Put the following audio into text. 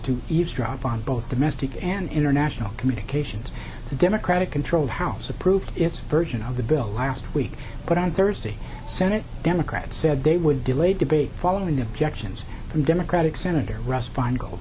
to eavesdrop on both domestic and international communications it's a democratic controlled house approved its version of the bill last week but on thursday senate democrats said they would delay debate following objections from democratic